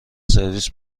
سرویس